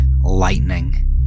lightning